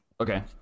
Okay